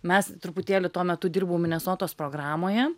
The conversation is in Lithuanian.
mes truputėlį tuo metu dirbau minesotos programoje